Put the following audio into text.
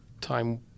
time